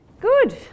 good